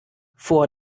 vor